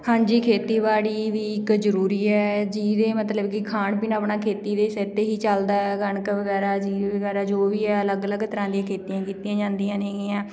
ਹਾਂਜੀ ਖੇਤੀਬਾੜੀ ਵੀ ਇੱਕ ਜ਼ਰੂਰੀ ਹੈ ਜਿਹਦੇ ਮਤਲਬ ਕਿ ਖਾਣ ਪੀਣ ਆਪਣਾ ਖੇਤੀ ਦੇ ਸਿਰ 'ਤੇ ਹੀ ਚੱਲਦਾ ਕਣਕ ਵਗੈਰਾ ਜੀਰੀ ਵਗੈਰਾ ਜੋ ਵੀ ਆ ਅਲੱਗ ਅਲੱਗ ਤਰ੍ਹਾਂ ਦੀਆਂ ਖੇਤੀਆਂ ਕੀਤੀਆਂ ਜਾਂਦੀਆਂ ਨੇਗੀਆਂ